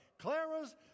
Clara's